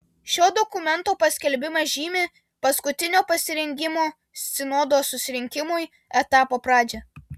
šio dokumento paskelbimas žymi paskutinio pasirengimo sinodo susirinkimui etapo pradžią